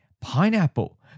pineapple